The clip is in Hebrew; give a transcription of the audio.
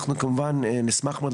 אנחנו כמובן נשמח מאוד